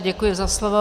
Děkuji za slovo.